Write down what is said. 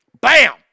Bam